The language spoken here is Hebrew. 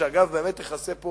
שאגב באמת תכסה פה